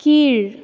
கீழ்